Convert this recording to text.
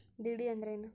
DD ಅಂದ್ರೇನು?